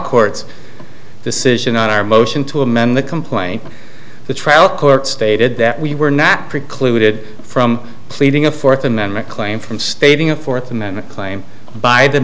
court's decision on our motion to amend the complaint the trial court stated that we were not precluded from pleading a fourth amendment claim from stating a fourth amendment claim by the